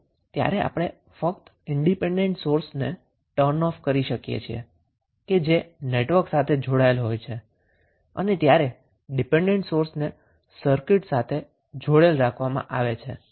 તો ત્યારે આપણે ફક્ત ઈન્ડીપેન્ડન્ટ સોર્સને બંધ કરી શકીએ છીએ જે નેટવર્ક સાથે જોડેલ હોય છે અને ત્યારે ડિપેન્ડન્ટ સોર્સને સર્કીટ સાથે જોડેલ રાખવામાં આવે છે